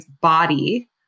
body